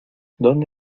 dónde